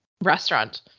restaurant